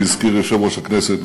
שהזכיר יושב-ראש הכנסת,